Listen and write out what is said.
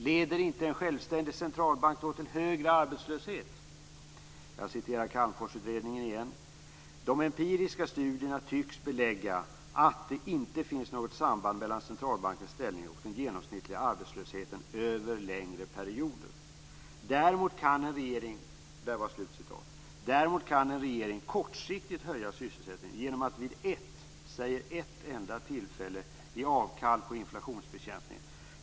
Leder inte en självständig centralbank till högre arbetslöshet? Jag citerar Calmforsutredningen igen: "De empiriska studierna tycks - belägga" - att det inte finns något - "samband mellan centralbankens ställning och den genomsnittliga arbetslösheten över längre perioder." Däremot kan en regering kortsiktigt höja sysselsättningen genom att vid ett, säger ett enda tillfälle ge avkall på inflationsbekämpningen.